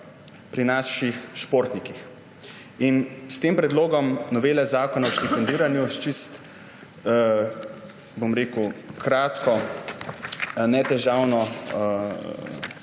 pri naših športnikih. S tem predlogom novele Zakona o štipendiranju s čisto kratko, netežavno